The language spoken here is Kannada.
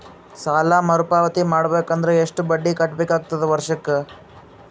ಸಾಲಾ ಮರು ಪಾವತಿ ಮಾಡಬೇಕು ಅಂದ್ರ ಎಷ್ಟ ಬಡ್ಡಿ ಕಟ್ಟಬೇಕಾಗತದ ವರ್ಷಕ್ಕ?